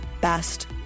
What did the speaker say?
best